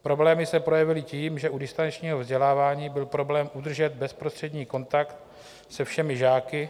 Problémy se projevily tím, že u distančního vzdělávání byl problém udržet bezprostřední kontakt se všemi žáky.